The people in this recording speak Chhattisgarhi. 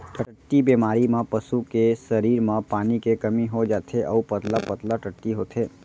टट्टी बेमारी म पसू के सरीर म पानी के कमी हो जाथे अउ पतला पतला टट्टी होथे